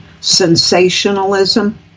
sensationalism